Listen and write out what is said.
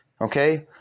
Okay